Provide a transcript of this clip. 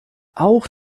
auch